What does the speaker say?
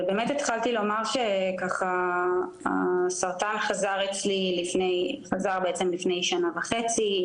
אבל התחלתי לומר שהסרטן חזר אצלי בעצם לפני כשנה וחצי,